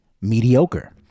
mediocre